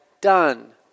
done